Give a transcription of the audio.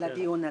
לדיון הזה,